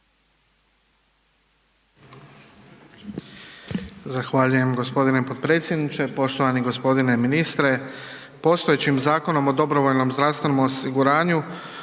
Zahvaljujem gospodine potpredsjedniče. Poštovani gospodine ministre. Postojećim Zakonom o dobrovoljnom zdravstvenom osiguranju